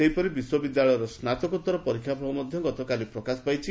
ସେହିପରି ବିଶ୍ୱବିଦ୍ୟାଳୟର ସ୍ନାତକୋତ୍ତର ପରୀକ୍ଷାଫଳ ମଧ୍ଧ ଗତକାଲି ପ୍ରକାଶ ପାଇଛି